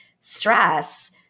stress